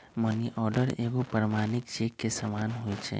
money order एगो प्रमाणिक cheque के समान होइ छै